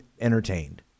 entertained